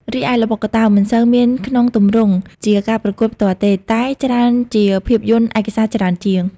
រីឯល្បុក្កតោ មិនសូវមានក្នុងទម្រង់ជាការប្រកួតផ្ទាល់ទេ តែច្រើនជាភាពយន្តឯកសារច្រើនជាង។